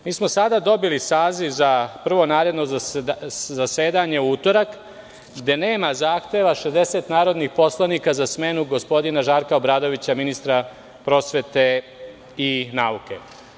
Sada smo dobili saziv za prvo naredno zasedanje u utorak, gde nema zahteva 60 narodnih poslanika za smenu gospodina Žarka Obradovića, ministra prosvete i nauke.